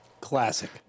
Classic